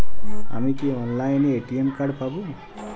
আমি কি অনলাইনে এ.টি.এম কার্ড পাব?